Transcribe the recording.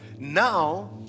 now